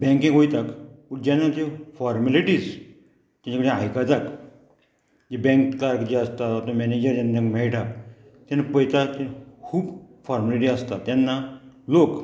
बँकेक वयता पूण जेन्ना ज्यो फॉर्मेलिटीज तेजे कडेन आयकता जे बँककार जे आसता तो मॅनेजर जेन्ना मेयटा तेन्ना पयता तें खूब फॉर्मेलिटी आसता तेन्ना लोक